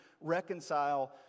reconcile